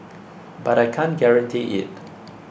but I can't guarantee it